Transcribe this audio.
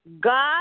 God